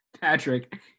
Patrick